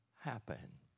happen